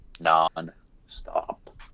non-stop